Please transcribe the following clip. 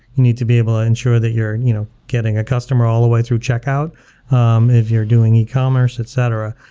you need to be able ah ensure that you're and you know getting a customer all the way through check out um if you're doing e-commerce, et cetera.